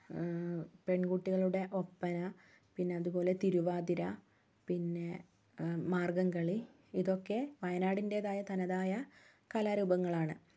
പെൺകുട്ടികളുടെ ഒപ്പന പിന്നെ അതുപോലെ തിരുവാതിര പിന്നെ മാർഗ്ഗംകളി ഇതൊക്കെ വയനാടിൻ്റേതായ തനതായ കലാരൂപങ്ങളാണ്